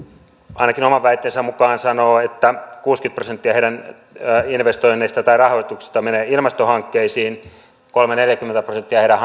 ainakin oman väitteensä mukaan sanoo että kuusikymmentä prosenttia heidän investoinneistaan tai rahoituksistaan menee ilmastohankkeisiin ja kolmekymmentä viiva neljäkymmentä prosenttia heidän